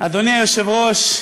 אדוני היושב-ראש,